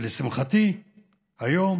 ולשמחתי היום